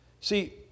See